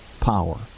power